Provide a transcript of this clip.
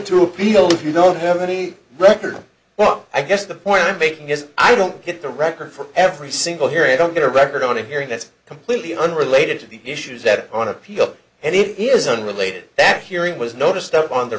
that you don't have any record well i guess the point i'm making is i don't get the record for every single hearing i don't get a record on a hearing that's completely unrelated to the issues that are on appeal and it isn't related that hearing was noticed up on the